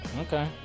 okay